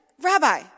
Rabbi